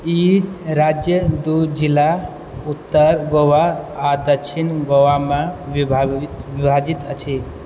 ई राज्य दू जिला उत्तर गोवा आ दक्षिण गोवामे विभाजित अछि